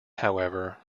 however